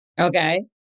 Okay